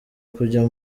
kujya